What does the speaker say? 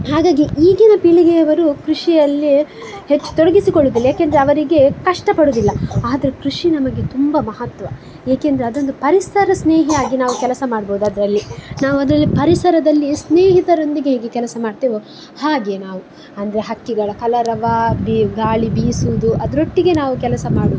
ಹಾಗಾಗಿ ಈಗಿನ ಪೀಳಿಗೆಯವರು ಕೃಷಿಯಲ್ಲಿ ಹೆಚ್ಚು ತೊಡಗಿಸಿಕೊಳ್ಳೋದಿಲ್ಲ ಯಾಕಂದ್ರೆ ಅವರಿಗೆ ಕಷ್ಟಪಡೋದಿಲ್ಲ ಆದರೆ ಕೃಷಿ ನಮಗೆ ತುಂಬ ಮಹತ್ವ ಏಕಂದ್ರೆ ಅದೊಂದು ಪರಿಸರ ಸ್ನೇಹಿಯಾಗಿ ನಾವು ಕೆಲಸ ಮಾಡ್ಬೋದು ಅದರಲ್ಲಿ ನಾವು ಅದರಲ್ಲಿ ಪರಿಸರದಲ್ಲಿ ಸ್ನೇಹಿತರೊಂದಿಗೆ ಹೇಗೆ ಕೆಲಸ ಮಾಡ್ತೆವೋ ಹಾಗೆ ನಾವು ಅಂದರೆ ಹಕ್ಕಿಗಳ ಕಲರವ ಬೀ ಗಾಳಿ ಬೀಸೋದು ಅದರೊಟ್ಟಿಗೆ ನಾವು ಕೆಲಸ ಮಾಡೋದು